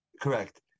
Correct